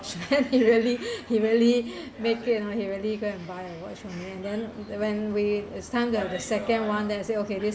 he really he really make it he really go and buy a watch for me and then when we this time to have the second one then I say okay this